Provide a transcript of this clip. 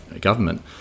government